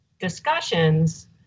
discussions